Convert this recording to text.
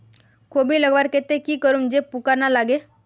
कोबी लगवार केते की करूम जे पूका ना लागे?